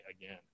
again